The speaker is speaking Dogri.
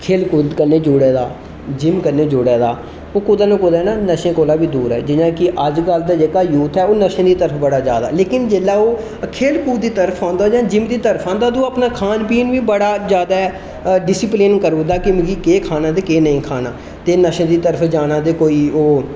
खेल कूद कन्नै जुड़े दा जिम कन्नै जुड़े दा ओह् कुतै ना कुतै ना नशे कोला बी दूर ऐ जियां कि अज्ज कल्ल दा जेह्ड़ा यूथ ऐ ओह् नशें दी तरफा ज्यादा लेकिन जेल्लै ओह् खेल कूद दी तरफ आंदा जां जिम दी तरफ आंदा अदूं अपना खान पीन बी बड़ा ज्यादा डिसिप्लेन करी उड़दा कि मिकी केह् खाना ते केह् नेईं खाना ते नशे दी तरफ जाना ते कोई ओह्